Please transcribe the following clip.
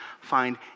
find